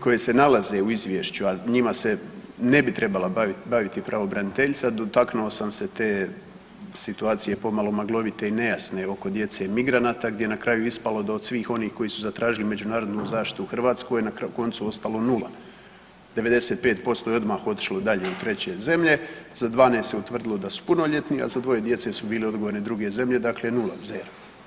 koje se nalaze u izvješću, a njima se ne bi trebala baviti pravobraniteljica, dotaknuo sam se situacije pomalo maglovit i nejasne oko djece migranata gdje je na kraju ispalo da od svih onih koji su zatražili međunarodnu zaštitu u Hrvatskoj na koncu ostalo nula, 95% je odmah otišlo dalje u treće zemlje za 12 se utvrdilo da su punoljetni, a za dvoje djece su bile odgovorne druge zemlje, dakle nula zero.